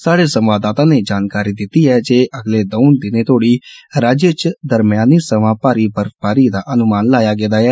साढ़े संवाददाता ने जानकारी दिती ऐ जे अगले दौं दिनें तोड़ी राज्य च दरमयानी सवां भारी बर्फबारी दा अनुमान लाया गेदा ऐ